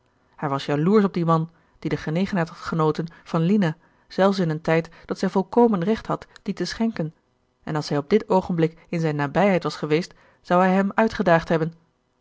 hij was jaloersch op dien man die de genegenheid had genoten van lina zelfs in een tijd dat zij volkomen recht had die te schenken en als hij op dit oogenblik in zijne nabijheid was geweest zou hij hem uitgedaagd hebben